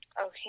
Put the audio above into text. Okay